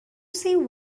see